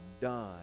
done